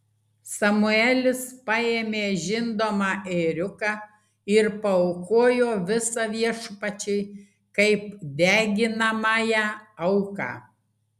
samuelis paėmė žindomą ėriuką ir paaukojo visą viešpačiui kaip deginamąją auką